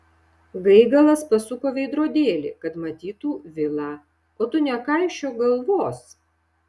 gaigalas pasuko veidrodėlį kad matytų vilą o tu nekaišiok galvos